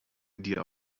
diese